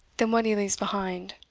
than what he leaves behind.